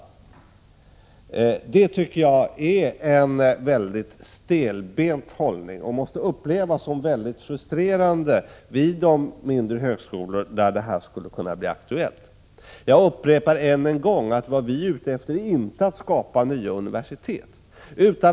Det tycker jag är en mycket stelbent hållning, som måste upplevas väldigt 44 frustrerande vid de mindre högskolorna där saken skulle kunna bli aktuell. Jag upprepar än en gång att vi inte är ute efter att skapa nya universitet.